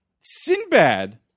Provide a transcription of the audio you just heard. Sinbad